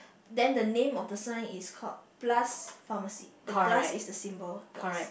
then the name of the sign is called plus pharmacy the plus is the symbol plus